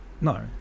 No